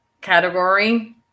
category